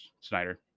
Snyder